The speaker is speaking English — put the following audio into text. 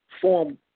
Form